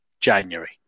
January